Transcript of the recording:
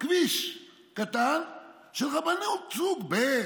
כביש קטן של רבנות סוג ב',